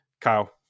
Kyle